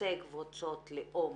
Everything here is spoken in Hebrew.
חוצה קבוצות, לאום